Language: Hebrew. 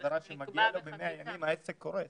חזרה שמגיע לו, ב-100 ימים העסק קורס.